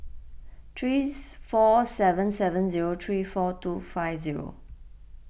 three four seven seven zero three four two five zero